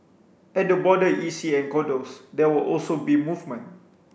at the border E C and condos there will also be movement